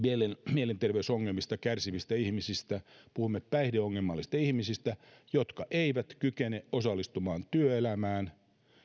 mielenterveysongelmista kärsivistä ihmisistä puhumme päihdeongelmaisista ihmisistä jotka eivät kykene osallistumaan työelämään